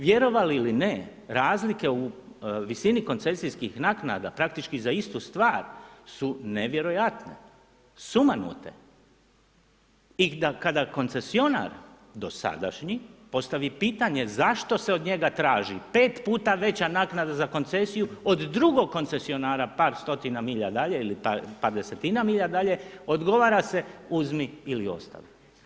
Vjerovali ili ne, razlike u visini koncesijskih naknada praktički za istu stvar su nevjerojatne, sumanute i kada koncesionar, dosadašnji, postavi pitanje zašto se od njega traži pet puta veće naknada za koncesiju od drugog koncesionara par stotina milja dalje ili par desetina milja dalje, odgovara se uzmi ili ostavi.